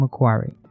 Macquarie